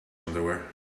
underwear